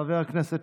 חבר הכנסת